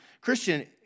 Christian